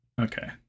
Okay